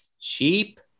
Cheap